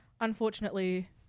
Unfortunately